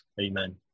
Amen